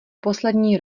poslední